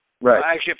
Right